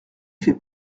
fait